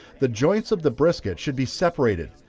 the joints of the brisket should be separated,